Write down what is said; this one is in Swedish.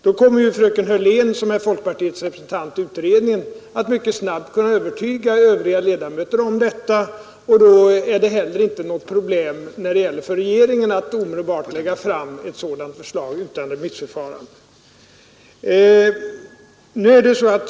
Då kommer fröken Hörlén, som är folkpartiets representant i utredningen, att mycket snabbt kunna övertyga ledamöterna om detta, och då är det heller inte något problem när det för regeringen gäller att omedelbart lägga fram ett förslag utan remissförfarande.